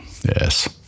Yes